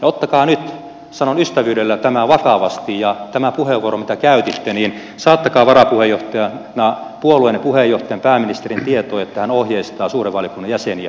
ottakaa nyt sanon ystävyydellä tämä vakavasti ja tämä puheenvuoro minkä käytitte saattakaa varapuheenjohtajana puolueenne puheenjohtajan pääministerin tietoon niin että hän ohjeistaa suuren valiokunnan jäseniä